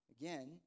Again